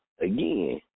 again